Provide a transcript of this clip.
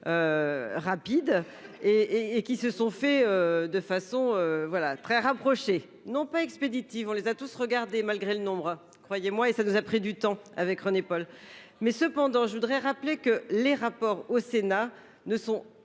Rapide et et qui se sont faits de façon voilà très rapproché non pas expéditive. On les a tous regarder malgré le nombre croyez-moi et ça nous a pris du temps avec René-Paul mais cependant, je voudrais rappeler que les rapports au Sénat ne sont